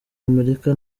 amerika